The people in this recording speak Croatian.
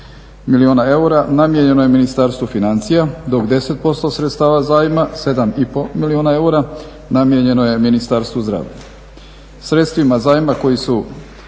milijuna eura namijenjeno je Ministarstvu financija, dok 10% sredstava zajma, 7,5 milijuna eura namijenjeno je Ministarstvu zdravlja. Sredstvima zajma koja su